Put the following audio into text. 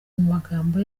magambo